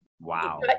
Wow